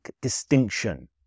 distinction